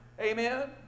Amen